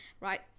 right